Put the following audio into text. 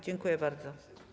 Dziękuję bardzo.